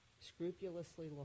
Scrupulously